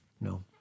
No